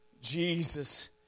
Jesus